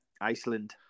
Iceland